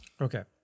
Okay